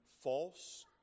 false